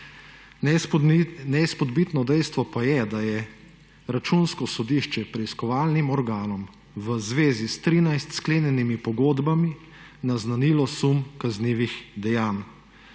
Neizpodbitno dejstvo pa je, da je Računsko sodišče preiskovalnim organom v zvezi s trinajstimi sklenjenimi pogodbami naznanilo sum kaznivih dejanj.